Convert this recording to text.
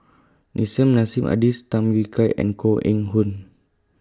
Nissim Nassim Adis Tham Yui Kai and Koh Eng Hoon